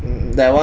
mm that one